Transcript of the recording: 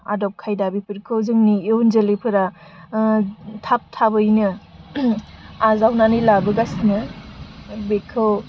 आदब खायदा बिफोरखौ जोंनि इयुन जोलैफोरा थाब थाबैनो आजावनानै लाबोगासिनो बेखौ